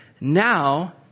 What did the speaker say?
now